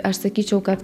aš sakyčiau kad